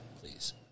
please